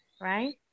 Right